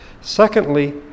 Secondly